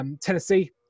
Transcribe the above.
Tennessee